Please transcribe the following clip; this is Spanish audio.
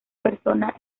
persona